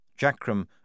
Jackram